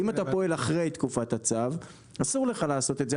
אם אתה פועל אחרי תקופת הצו, אסור לך לעשות את זה.